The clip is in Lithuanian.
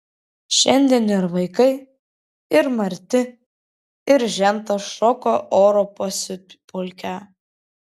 šiandien ir vaikai ir marti ir žentas šoka oro pasiutpolkę